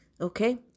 okay